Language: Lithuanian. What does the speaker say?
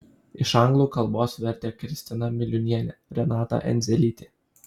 iš anglų kalbos vertė kristina miliūnienė renata endzelytė